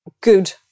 good